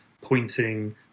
pointing